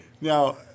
Now